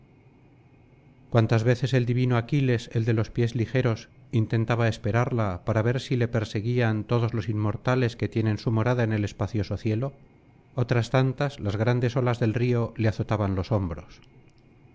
cuantas veces el divino aquiles el de los pies ligeros intentaba esperarla para ver si le perseguían todos los inmortales que tienen su morada en el espacioso cielo otras tantas las grandes olas del río le azotaban los hombros